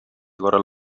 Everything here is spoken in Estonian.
korral